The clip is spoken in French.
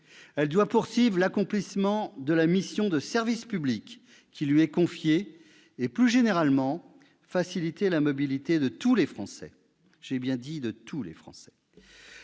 Elle doit continuer de remplir la mission de service public qui lui est confiée et, plus généralement, faciliter la mobilité de tous les Français. J'y insiste, de tous les Français